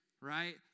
right